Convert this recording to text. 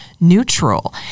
neutral